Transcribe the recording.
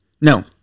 No